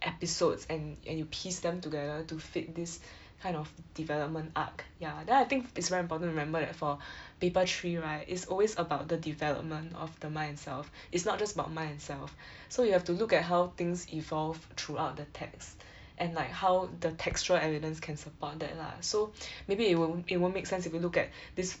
episodes and and you piece them together to fit this kind of development arc ya then I think it's very imporant to remember that for paper three right it's always about the development of the mind and self it's not just about mind and self so you'll have to look at how things evolve throughout the text and like how the textual evidence can support that lah so maybe it wil~ it won't make sense if you look at this